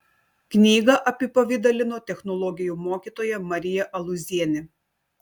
knygą apipavidalino technologijų mokytoja marija alūzienė